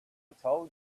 told